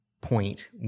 point